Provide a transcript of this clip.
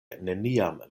neniam